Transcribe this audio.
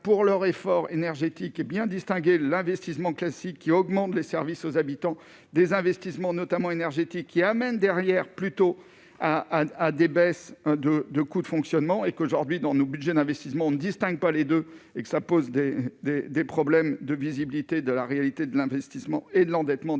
pour leur effort énergétique et bien distinguer l'investissement classique qui augmente, les services aux habitants des investissements notamment qui amène derrière plutôt à à des baisses de, de coûts de fonctionnement et qu'aujourd'hui dans nos Budgets d'investissement ne distingue pas les 2 et que ça pose des des problèmes de visibilité de la réalité de l'investissement et de l'endettement des